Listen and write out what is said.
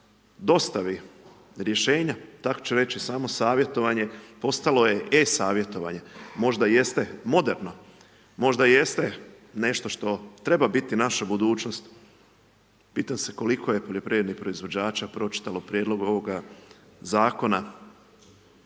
dostavi rješenja, tako ću reći samo savjetovanje postalo je e-savjetovanje, možda jeste moderno, možda jeste nešto što treba biti naša budućnost, pitam se koliko je poljoprivrednih proizvođača pročitalo prijedlog ovoga zakona,